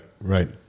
right